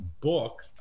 book